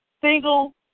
single